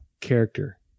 Character